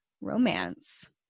romance